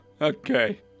okay